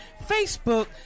Facebook